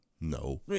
No